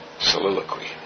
soliloquy